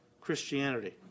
Christianity